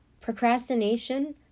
procrastination